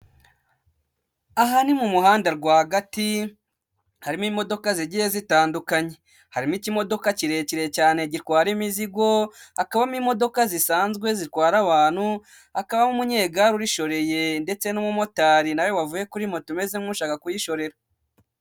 Aha NI mu muhanda rwagati, harimo imodoka zigiye zitandukanye, harimo ikimodoka kirekire cyane gitwara imizigo, hakamo imodoka zisanzwe zitwara abantu, hakabamo umunyegare urishoreye ndetse n'umumotari nawe wavuye kuri moto nawe umeze nk'ushaka kuyishorera.